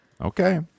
Okay